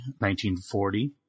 1940